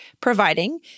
providing